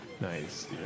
Nice